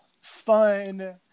fun